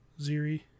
Ziri